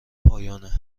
پایانه